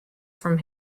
from